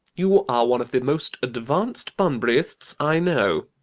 you are one of the most advanced bunburyists i know.